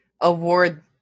award